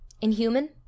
inhuman